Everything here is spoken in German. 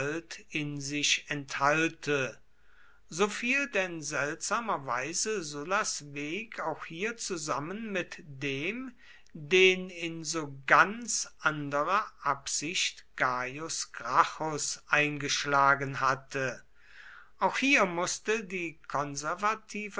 in sich enthalte so fiel denn seltsamerweise sullas weg auch hier zusammen mit dem den in so ganz anderer absicht gaius gracchus eingeschlagen hatte auch hier mußte die konservative